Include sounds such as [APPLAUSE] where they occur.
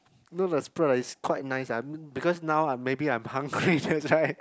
no the spread like it's quite nice ah I mean because now I'm maybe I'm hungry that's why [LAUGHS]